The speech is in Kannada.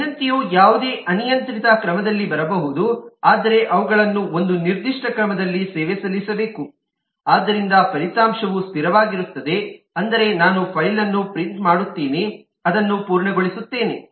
ವಿನಂತಿಯು ಯಾವುದೇ ಅನಿಯಂತ್ರಿತ ಕ್ರಮದಲ್ಲಿ ಬರಬಹುದು ಆದರೆ ಅವುಗಳನ್ನು ಒಂದು ನಿರ್ದಿಷ್ಟ ಕ್ರಮದಲ್ಲಿ ಸೇವೆ ಸಲ್ಲಿಸಬೇಕು ಆದ್ದರಿಂದ ಫಲಿತಾಂಶವು ಸ್ಥಿರವಾಗಿರುತ್ತದೆ ಅಂದರೆ ನಾನು ಫೈಲ್1 ಅನ್ನು ಪ್ರಿಂಟ್ ಮಾಡುತ್ತೇನೆ ಅದನ್ನು ಪೂರ್ಣಗೊಳಿಸುತ್ತೇನೆ